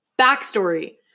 backstory